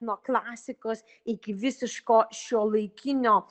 nuo klasikos iki visiško šiuolaikinio